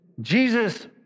jesus